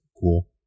cool